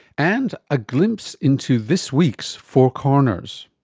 and a glimpse into this week's four corners.